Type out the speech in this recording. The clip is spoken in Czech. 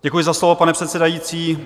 Děkuji za slovo, pane předsedající.